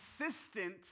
consistent